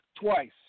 Twice